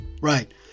Right